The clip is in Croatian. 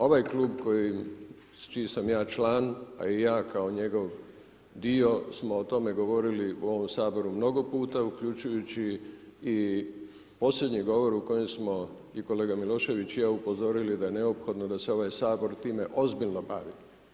Ovaj klub čiji sam ja član, a i ja kao njegov dio smo o tome govorili u ovom HS mnogo puta uključujući i posljednji govor u kojem smo i kolega Milošević i ja upozorili da je neophodno da se ovaj HS time ozbiljno bavi.